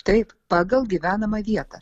taip pagal gyvenamą vietą